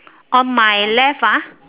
on my left ah